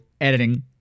editing